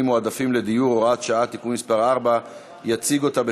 מועדפים לדיור (הוראת שעה) (תיקון מס' 4). יציג אותה,